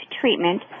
treatment